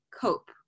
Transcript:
cope